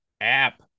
App